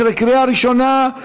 מיכאל מלכיאלי,